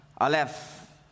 aleph